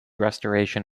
restoration